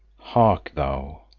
hark thou.